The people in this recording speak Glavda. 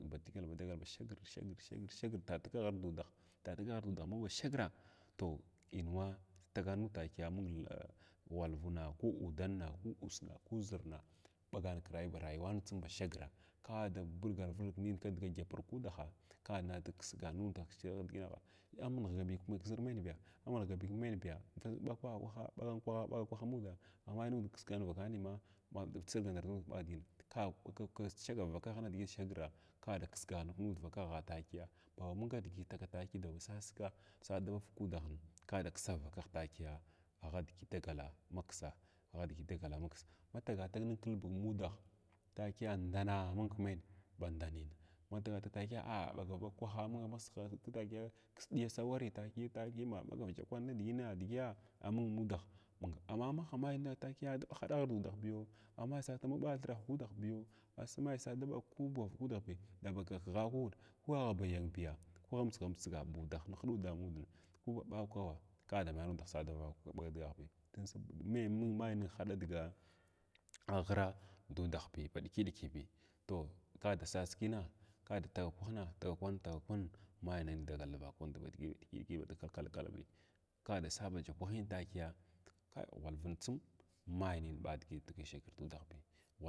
Ba dagal ba dagal shagr shagr shagr tatakagh duda tatakagh dudah ma ba shagrag toh in waa tagan nud takiya ghwalvna ku udannaa ku ussnaa ku zrnaa ɓagana krayuwun ba rayuwanan tsim bashagra ka ada vulgar vulgana kdga kyeɓia ku udahag ka ana da ksgana nudaha shaw ra nidigi nagha am nighgabi ki zir meny biya am nighgabiya kmenybiya ɓagana kwaha ɓagana kwaha ɓagana kwaha amudaa mamay nud kskagam vakaniman ɓa srga ndar nud kban digina kaa ka a cinga ba vakagh nud kichigi shagraa ka da ksgana nud va kaghaa takiyaa ma ba ma mung nidigi taga takiya dagwiya sasgaa saa davakagha ka da ksav vakagh takiya ah kdigi dagala masaa ahki digi dagal maksa ma tuga tag nin kil bug mudah takiya ndanaa am kimeny mba ndaninn ma tagha tag takiya a aɓagav ɓagag kwah aming ma sghasig takiya ɗiya sawarii takii takii ma ɓagav avɗya kwan nidigin digiya amun mudah mung amma magha mai na takiya ahaɗa ghir dudah biya amay sa sa da ɓathr kudah biyoo ama may sa ku dau kiyo da ba yanbiya ku agh matsga da matsga ku ba haɗuda budah ku aɓawa ka damai nud saa dava daɓa digaghbi dum um mu may haɗa dga ghrag du dahbi ba ɗika ɗiki bi toh ka dasasg kinaa ka da taga kwanhna taga kwanna tagi kwann may nin dagal davakwantu ba ɗik ɗaki ba kalkalbi ka da sa baja kwahin takiya kair ghwalvin tsim may nin ɓa digit shagr dudah bi.